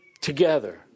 together